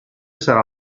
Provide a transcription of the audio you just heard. sarà